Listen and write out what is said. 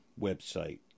website